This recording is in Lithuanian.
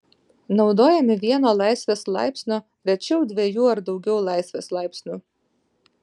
naudojami vieno laisvės laipsnio rečiau dviejų ar daugiau laisvės laipsnių